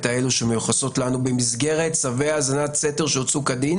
האלה שמיוחסות לנו במסגרת צווי האזנת סתר שהוצאו כדין